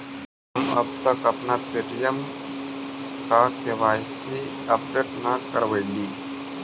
हम अब तक अपना पे.टी.एम का के.वाई.सी अपडेट न करवइली